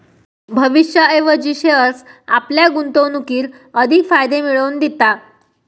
भविष्याऐवजी शेअर्स आपल्या गुंतवणुकीर अधिक फायदे मिळवन दिता